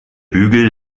bügel